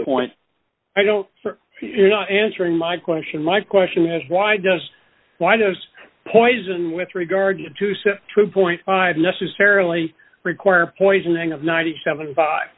point i don't know answering my question my question is why does why does poison with regard to sift through point five necessarily require poisoning of ninety seven